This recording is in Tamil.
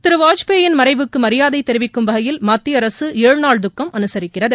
திரு வாஜ்பாயின் மறைவுக்கு மரியாதை தெரிவிக்கும் வகையில் மத்திய அரசு ஏழு நாள் துக்கம் அனுசரிக்கிறது